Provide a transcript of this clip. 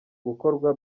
gukorwa